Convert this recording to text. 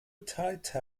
titanic